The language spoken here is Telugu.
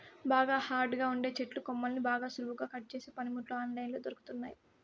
బాగా హార్డ్ గా ఉండే చెట్టు కొమ్మల్ని కూడా సులువుగా కట్ చేసే పనిముట్లు ఆన్ లైన్ లో దొరుకుతున్నయ్యి